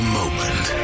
moment